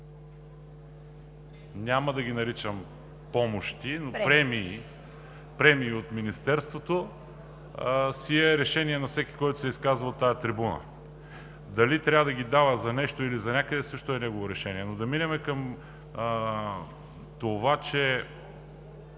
няма да ги наричам помощи, но премии от Министерството, си е решение на всеки, който се изказва от тази трибуна. Дали трябва да ги дава за нещо, или за някъде също е негово решение. Но да минем към това, че